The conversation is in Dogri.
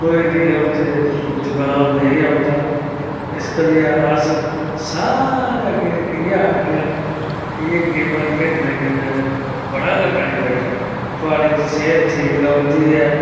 जुकाम नेईं होंदा इस करियै अस सारे अग्गैं इयै आखनेआं कि एह् गेमां खेढने कन्नै बड़ा गै बैनिफिट ऐ थुआढ़ी सेह्द ठीक रौंह्दी ऐ